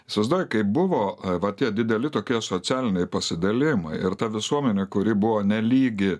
įsivaizduoji kai buvo va tie dideli tokie socialiniai pasidalijimai ir ta visuomenė kuri buvo nelygi